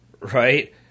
right